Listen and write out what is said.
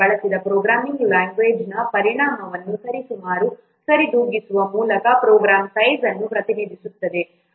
ಬಳಸಿದ ಪ್ರೋಗ್ರಾಮಿಂಗ್ ಲ್ಯಾಂಗ್ವೇಜ್ನ ಪರಿಣಾಮವನ್ನು ಸರಿಸುಮಾರು ಸರಿದೂಗಿಸುವ ಮೂಲಕ ಪ್ರೋಗ್ರಾಂ ಸೈಜ್ ಅನ್ನು ಪ್ರತಿನಿಧಿಸುತ್ತದೆ